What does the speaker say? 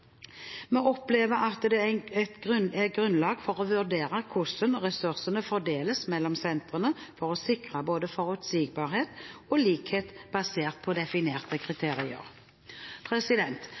Vi opplever at det er grunnlag for å vurdere hvordan ressursene fordeles mellom sentrene for å sikre både forutsigbarhet og likhet basert på definerte kriterier.